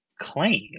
claim